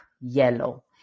yellow